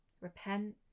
repent